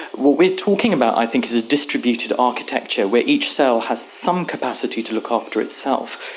what we are talking about i think is a distributed architecture where each cell has some capacity to look after itself,